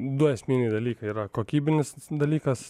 du esminiai dalykai yra kokybinis dalykas